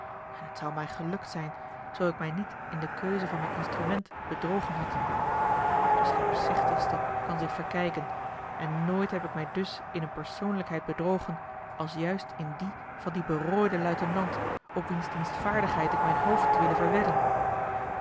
en het zou mij gelukt zijn zoo ik mij niet in de keuze van mijn instrument bedrogen had maar de scherpzichtigste kan zich verkijken en nooit heb ik mij ds in eene persoonlijkheid bedrogen als juist in die van dien berooiden luitenant op wiens dienstvaardigheid ik mijn hoofd had willen verwedden